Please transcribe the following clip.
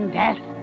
death